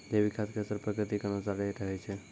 जैविक खाद के असर प्रकृति के अनुसारे रहै छै